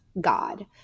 God